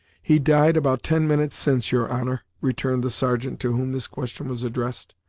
he died about ten minutes since, your honor, returned the sergeant to whom this question was addressed.